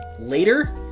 later